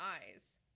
eyes